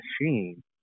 machine